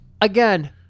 Again